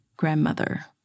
grandmother